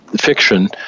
fiction